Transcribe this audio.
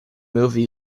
movie